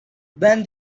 when